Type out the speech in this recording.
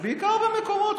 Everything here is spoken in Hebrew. בעיקר במקומות,